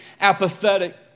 apathetic